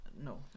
no